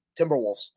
timberwolves